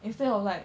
instead of like